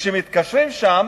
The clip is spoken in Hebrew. וכשמתקשרים שם